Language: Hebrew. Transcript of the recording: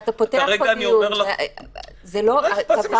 האם